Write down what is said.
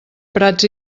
prats